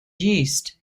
yeast